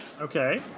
Okay